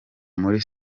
muri